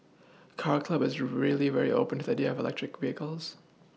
car club is really very open to the idea of electric vehicles